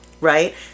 right